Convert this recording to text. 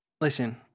Listen